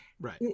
right